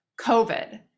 COVID